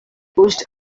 pushed